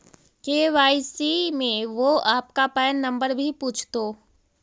KYC में वो आपका पैन नंबर भी पूछतो